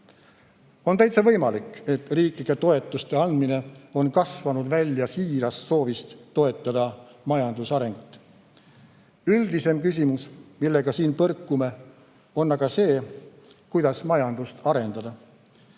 On täitsa võimalik, et riiklike toetuste andmine on kasvanud välja siirast soovist toetada majanduse arengut. Üldisem küsimus, millega siin põrkume, on aga see, kuidas majandust arendada.